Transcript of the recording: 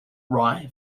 rye